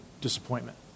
disappointment